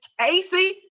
Casey